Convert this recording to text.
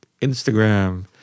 instagram